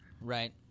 Right